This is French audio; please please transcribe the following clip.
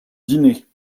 dîner